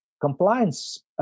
compliance